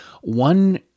one